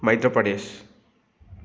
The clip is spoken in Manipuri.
ꯃꯩꯗ꯭ꯔ ꯄ꯭ꯔꯗꯦꯁ